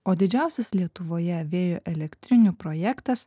o didžiausias lietuvoje vėjo elektrinių projektas